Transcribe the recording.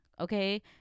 okay